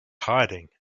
hiding